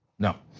no.